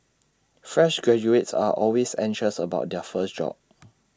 fresh graduates are always anxious about their first job